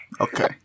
Okay